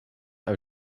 are